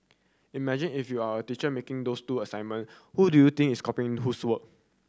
imagine if you are a teacher making these two assignment who do you think is copying whose work